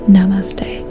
Namaste